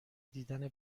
دیدن